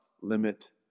limit